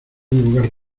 lugar